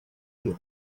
you